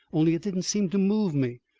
only it didn't seem to move me.